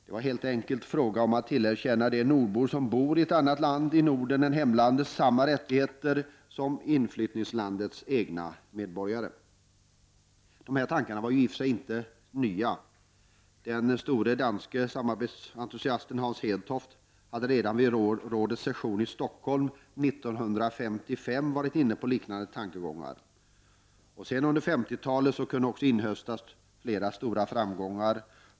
Det var helt enkelt fråga om att tillerkänna de nordbor som bor i ett annat land i Norden än i hemlandet samma rättigheter som inflyttningslandets egna medborgare. Dessa tankar var i och för sig inte nya. Den store danske samarbetsentusiasten, Hans Hedtoft, hade redan vid rådets session i Stockholm år 1955 varit inne på liknande tankegångar. Under 1950-talet kunde också inhöstas flera stora framgångar.